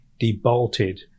debolted